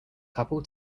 couple